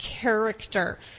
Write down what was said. character